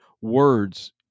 words